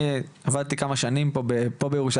אני עבדתי כמה שנים פה בירושלים,